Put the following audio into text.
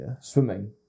Swimming